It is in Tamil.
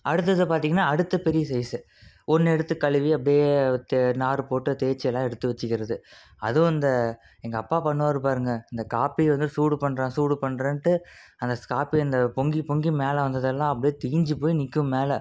அடுத்தது பார்த்திங்கனா அடுத்த பெரிய சைஸ்ஸு ஒன்று எடுத்து கழுவி அப்படியே தெ நார் போட்டு தேச்சு எல்லாம் எடுத்து வச்சுக்கிறது அதுவும் இந்த எங்கள் அப்பா பண்ணுவார் பாருங்க இந்த காபியை வந்து சூடு பண்ணுறேன் சூடு பண்ணுறேன்ட்டு அந்த காபி அந்த பொங்கி பொங்கி மேலே வந்ததெல்லாம் அப்படியே தீஞ்சு போய் நிற்கும் மேலே